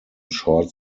short